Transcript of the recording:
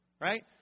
Right